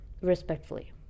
respectfully